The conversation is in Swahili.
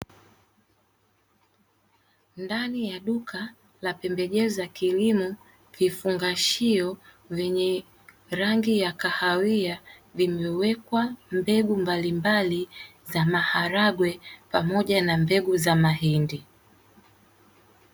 Ndani ya duka la pembejeo za kilimo vifungashio vyenye rangi ya kahawia vimewekwa mbegu mbalimbali za maharage, pamoja na mbegu za mahindi.